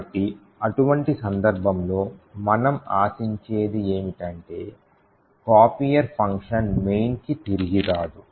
కాబట్టి అటువంటి సందర్భంలో మనం ఆశించేది ఏమిటంటే copier ఫంక్షన్ mainకి తిరిగి రాదు